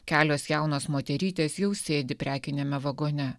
kelios jaunos moterytės jau sėdi prekiniame vagone